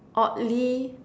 oddly